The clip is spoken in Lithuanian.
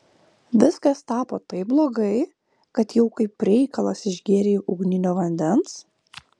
viskas tapo taip blogai kad jau kaip reikalas išgėrei ugninio vandens